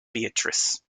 beatrice